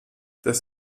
das